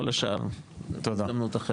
כל השאר בהזדמנות אחרת.